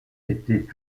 étaient